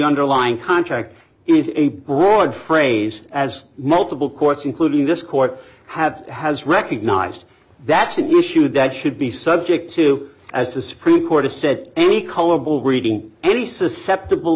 underlying contract is a board phrase as multiple courts including this court have has recognized that's an issue that should be subject to as the supreme court has said any color ball reading any susceptible